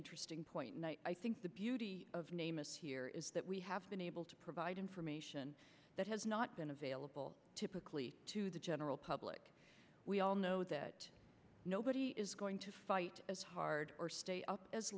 interesting point and i think the beauty of name is here is that we have been able to provide information that has not been available typically to the general public we all know that nobody is going to fight as hard or stay up as